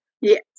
yes